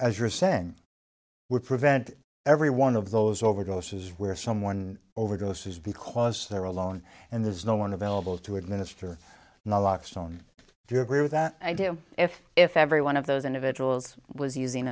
as you're saying would prevent every one of those overdoses where someone overdoses because they're alone and there's no one available to administer no locks on do you agree with that i do if if every one of those individuals was using